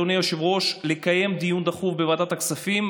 אדוני היושב-ראש, לקיים דיון דחוף בוועדת הכספים.